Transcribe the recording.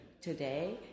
today